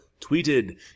tweeted